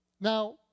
Now